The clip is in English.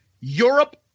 Europe